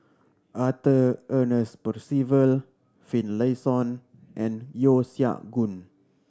Arthur Ernest Percival Finlayson and Yeo Siak Goon